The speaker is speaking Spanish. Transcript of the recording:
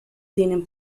tienen